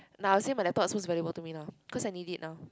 now I would say my laptop feels very important to me now because I need it now